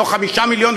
לא 5 מיליון,